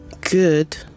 good